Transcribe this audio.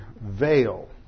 veil